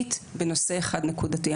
נקודתית בנושא אחד נקודתי.